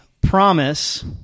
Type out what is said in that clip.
promise